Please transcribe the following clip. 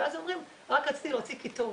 ואז הם אומרים: רק רציתי להוציא קיטור.